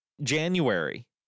January